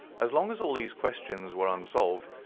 as long as all these questions were unsolved,